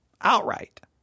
outright